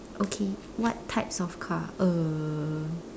okay what types of car uh